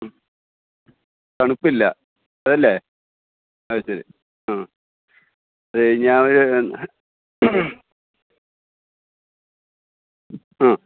തണുപ്പില്ല അതല്ലേ അതുശരി ആ ഒരു ഞാൻ ഒരു എന്ന് ആ